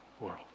world